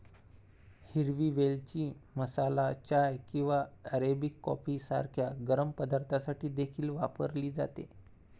हिरवी वेलची मसाला चाय किंवा अरेबिक कॉफी सारख्या गरम पदार्थांसाठी देखील वापरली जाते